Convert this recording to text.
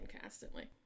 constantly